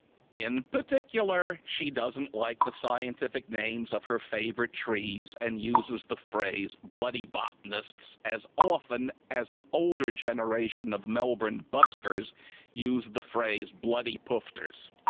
in particular, she doesn't like the scientific names of her favourite trees and uses the phrase bloody botanists as often as an older generation of melbourne buskers used the phrase bloody poofters.